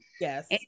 Yes